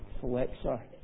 flexor